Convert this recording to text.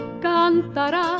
cantará